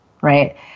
right